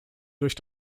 durch